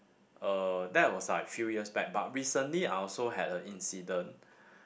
uh that was like few years back but recently I also had a incident